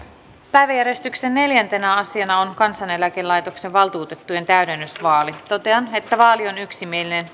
päiväjärjestyksen neljäntenä asiana on kansaneläkelaitoksen valtuutettujen täydennysvaali totean että vaali on yksimielinen